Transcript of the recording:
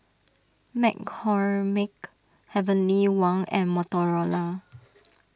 McCormick Heavenly Wang and Motorola